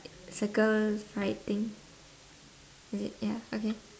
circle fried thing is it ya okay